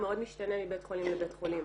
מאוד משתנה מבית חולים לבית חולים.